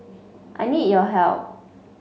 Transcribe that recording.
I need your help